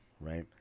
right